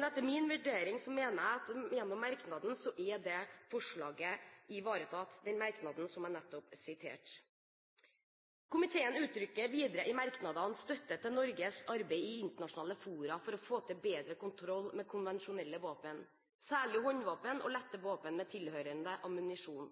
Etter min vurdering, gjennom den merknaden som jeg nettopp siterte, er det forslaget ivaretatt. Komiteen uttrykker videre i merknadene støtte til Norges arbeid i internasjonale fora for å få til bedre kontroll med konvensjonelle våpen, særlig håndvåpen og lette våpen med tilhørende ammunisjon.